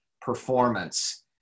performance